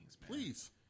Please